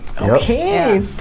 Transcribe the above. okay